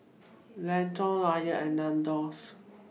Lotte Lion and Nandos